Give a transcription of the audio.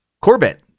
Corbett